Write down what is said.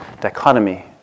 dichotomy